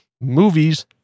movies